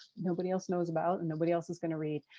nobody else knows about and nobody else is going to read.